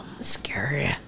scary